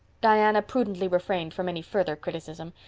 diana prudently refrained from any further criticism,